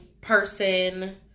person